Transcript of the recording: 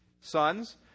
sons